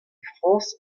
frañs